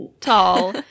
tall